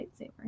lightsaber